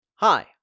Hi